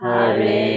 Hare